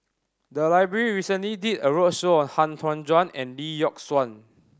the library recently did a roadshow on Han Tan Juan and Lee Yock Suan